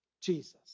Jesus